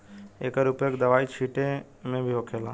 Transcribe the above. एकर उपयोग दवाई छींटे मे भी होखेला